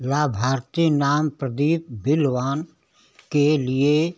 लाभार्थी नाम प्रदीप बिलवान के लिए